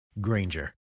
Granger